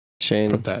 Shane